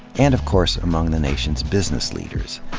and of course among the nation's business leaders.